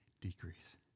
decrease